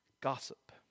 gossip